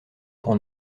pour